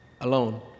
alone